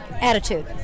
Attitude